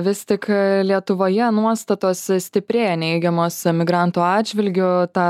vis tik lietuvoje nuostatos stiprėja neigiamos emigrantų atžvilgiu tą